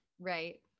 right